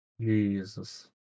Jesus